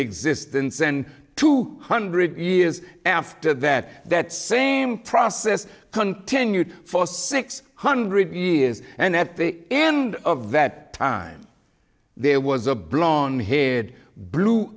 existence and two hundred years after that that same process continued for six hundred years and at the end of that time there was a blond haired blue